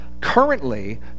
currently